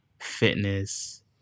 fitness